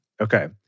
Okay